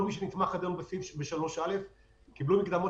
כל מי שנתמך על ידנו בסעיף 3א קיבל מקדמות